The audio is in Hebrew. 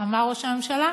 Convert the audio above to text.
אמר ראש הממשלה: